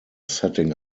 setting